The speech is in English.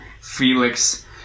Felix